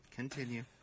continue